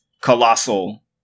colossal